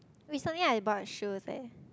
recently I bought shoes leh